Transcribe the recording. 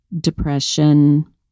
depression